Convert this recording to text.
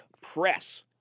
Press